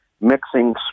mixing